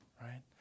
right